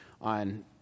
on